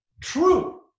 true